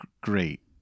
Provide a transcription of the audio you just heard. Great